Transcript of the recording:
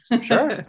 sure